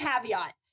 caveat